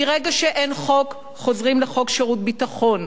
מרגע שאין חוק, חוזרים לחוק שירות ביטחון.